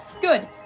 Good